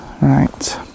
Right